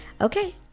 Okay